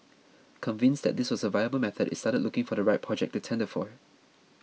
convinced that this was a viable method it started looking for the right project to tender for